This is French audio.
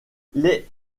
les